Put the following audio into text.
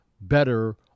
better